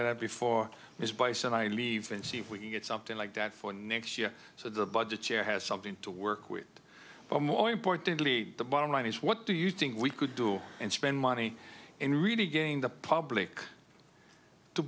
like that before his advice and i leave and see if we can get something like that for next year so the budget chair has something to work with but more importantly the bottom line is what do you think we could do and spend money and really gain the public to